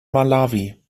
malawi